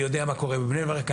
אני יודע מה קורה בבני ברק.